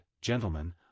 Gentlemen